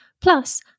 Plus